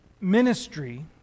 ministry